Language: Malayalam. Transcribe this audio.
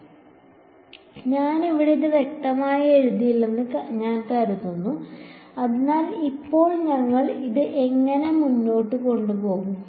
അതിനാൽ ഞാൻ ഇത് ഇവിടെ വ്യക്തമായി എഴുതില്ലെന്ന് ഞാൻ കരുതുന്നു ശരി അതിനാൽ ഇപ്പോൾ ഞങ്ങൾ ഇത് എങ്ങനെ മുന്നോട്ട് കൊണ്ടുപോകും